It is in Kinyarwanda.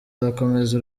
arakomeza